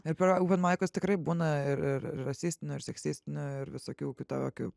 ir per openmaikus tikrai būna ir ir rasistinių ir seksistinių ir visokių kitokių